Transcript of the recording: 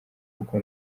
kuko